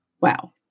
Wow